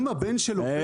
אם הבן של עובד,